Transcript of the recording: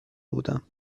بودم